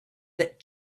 that